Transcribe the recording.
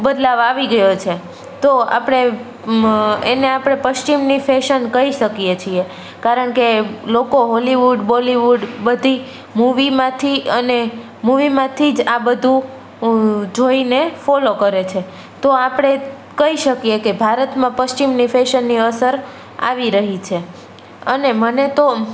બદલાવ આવી ગયો છે તો આપણે આવી એને આપણે પશ્ચિમની ફેશન કહી શકીએ છીએ કારણકે લોકો હોલીવુડ બોલીવુડ બધી મૂવીમાંથી અને મૂવીમાંથી જ આ બધું જોઈને ફોલો કરે છે તો આપણે કહી શકીએ કે ભારતમાં પશ્ચિમની ફેશનની અસર આવી રહી છે અને મને તો